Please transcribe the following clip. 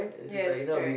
yes correct